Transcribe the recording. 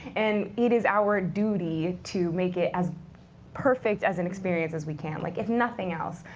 and it is our duty to make it as perfect as an experience as we can, like if nothing else.